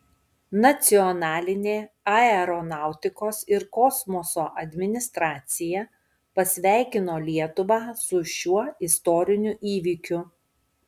nacionalinė aeronautikos ir kosmoso administracija pasveikino lietuvą su šiuo istoriniu įvykiu